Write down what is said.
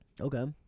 okay